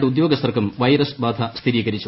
രണ്ട് ഉദ്യോഗസ്ഥർക്കും വൈറസ്ബാധ സ്ഥിരീകരിച്ചു